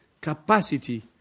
capacity